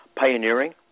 pioneering